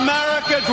America